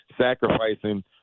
sacrificing